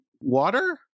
water